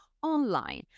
Online